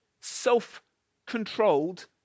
self-controlled